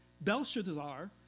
Belshazzar